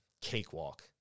cakewalk